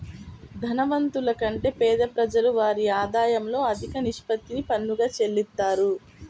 ధనవంతుల కంటే పేద ప్రజలు వారి ఆదాయంలో అధిక నిష్పత్తిని పన్నుగా చెల్లిత్తారు